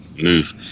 move